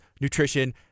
nutrition